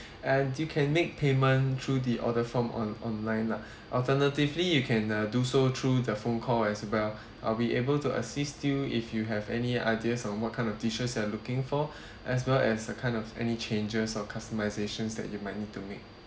and you can make payment through the order form on online lah alternatively you can uh do so through the phone call as well I'll be able to assist you if you have any ideas on what kind of dishes you are looking for as well as uh kind of any changes or customisations that you might need to make